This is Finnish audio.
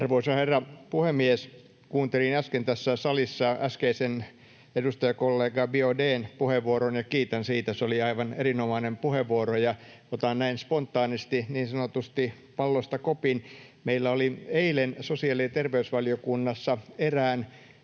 Arvoisa herra puhemies! Kuuntelin äsken tässä salissa äskeisen edustajakollega Biaudet’n puheenvuoron ja kiitän siitä. Se oli aivan erinomainen puheenvuoro, ja otan näin spontaanisti niin sanotusti pallosta kopin. Meillä oli eilen sosiaali- ja terveysvaliokunnassa erään